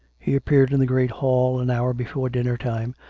he appeared in the great hall an hour before dinner-time,